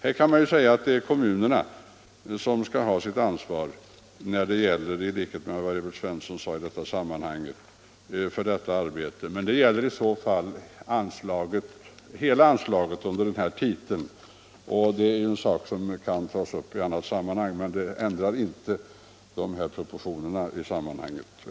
Här kan man ju säga att det, som herr Svensson i Kungälv nyss framhöll, är kommunerna som skall ha ansvaret för detta arbete, men det gäller i så fall hela anslaget under denna titel, och det är ju något som kan tas upp i annat sammanhang. Det ändrar emellertid inte de här proportionerna.